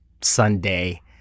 Sunday